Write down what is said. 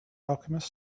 alchemist